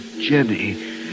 Jenny